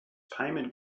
payment